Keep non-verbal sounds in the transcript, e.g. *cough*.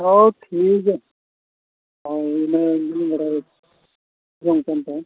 ᱦᱮᱸ ᱴᱷᱤᱠ ᱜᱮᱭᱟ ᱦᱳᱭ ᱢᱟᱱᱮ *unintelligible*